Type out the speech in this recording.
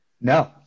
No